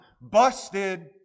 Busted